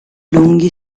lunghi